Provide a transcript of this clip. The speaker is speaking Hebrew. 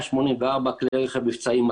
מהם 184 כלי רכב מבצעיים,